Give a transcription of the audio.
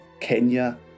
Kenya